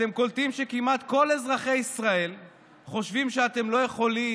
אתם קולטים שכמעט כל אזרחי ישראל חושבים שאתם לא יכולים,